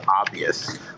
obvious